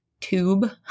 tube